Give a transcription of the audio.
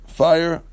fire